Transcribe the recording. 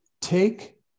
take